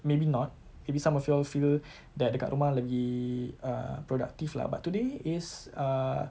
maybe not maybe some of you all feel that dekat rumah lagi err productive lah but today is uh